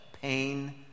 pain